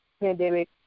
pandemic